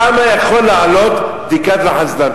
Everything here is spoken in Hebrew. כמה יכולה לעלות בדיקת לחץ דם,